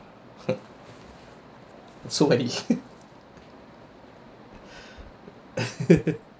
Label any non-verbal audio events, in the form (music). (laughs) so why ditch (laughs)